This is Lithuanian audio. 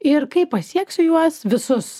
ir kai pasieksiu juos visus